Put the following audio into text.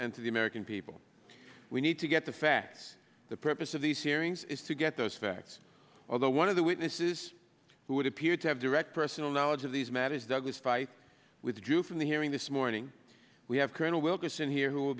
and to the american people we need to get the facts the purpose of these hearings is to get those facts or the one of the witnesses who would appear to have direct personal knowledge of the as mad as douglas fight withdrew from the hearing this morning we have colonel wilkerson here who will